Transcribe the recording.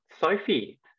Sophie